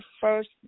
first